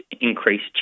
increased